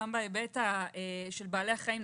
בהיבט של בעלי החיים,